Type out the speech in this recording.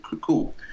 cool